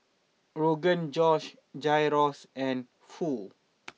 Rogan Josh Gyros and Pho